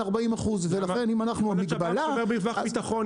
40%. יכול להיות שהבנק שומר מרווח ביטחון.